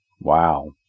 Wow